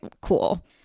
Cool